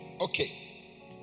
Okay